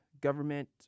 government